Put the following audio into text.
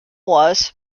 was